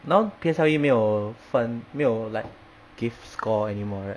now P_S_L_E 没有分没有 like give score anymore right